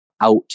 out